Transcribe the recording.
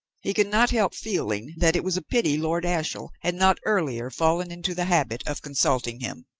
he could not help feeling that it was a pity lord ashiel had not earlier fallen into the habit of consulting him.